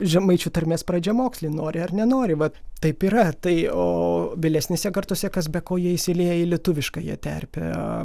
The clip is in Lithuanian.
žemaičių tarmės pradžiamokslį nori ar nenori vat taip yra tai o vėlesnėse kartose kas be ko jie įsilieja į lietuviškąją terpę